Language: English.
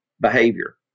behavior